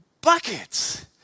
buckets